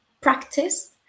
practice